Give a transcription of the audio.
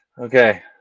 Okay